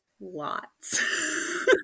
lots